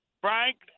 Frank